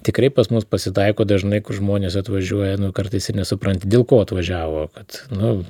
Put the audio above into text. tikrai pas mus pasitaiko dažnai žmonės atvažiuoja kartais ir nesupranti dėl ko atvažiavo kad nu